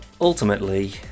ultimately